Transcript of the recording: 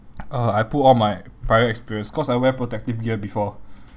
uh I put all my prior experience cause I wear protective gear before